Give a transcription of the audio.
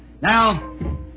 Now